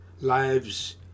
lives